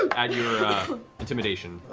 um add your intimidation.